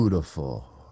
Beautiful